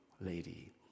lady